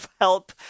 help